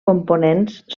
components